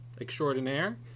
extraordinaire